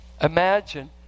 imagine